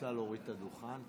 רוצה להוריד את הדוכן?